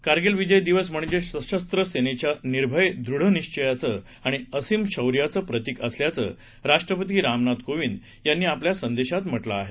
कारगिल विजय दिवस म्हणजे सशस्त्र सेनेच्या निर्भय दृढनिश्वयाचं आणि असीम शौर्याचं प्रतीक असल्याचं राष्ट्रपती रामनाथ कोविंद यांनी आपल्या संदेशात म्हटलं आहे